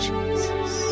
Jesus